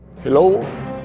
Hello